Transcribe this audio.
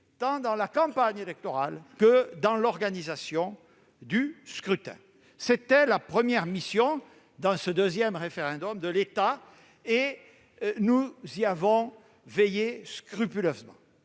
tant dans la campagne électorale que dans l'organisation du scrutin. C'était notre première mission dans ce deuxième référendum, et nous y avons veillé scrupuleusement.